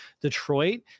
Detroit